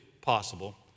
possible